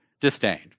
disdained